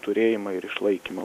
turėjimą ir išlaikymą